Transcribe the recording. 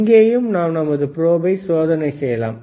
இங்கேயும் நாம் நமது ப்ரோபை சோதனை செய்யலாம்